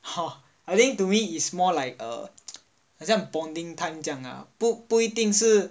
!huh! I think to me is more like a 很像 bonding time 这样啊不不一定是